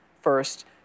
first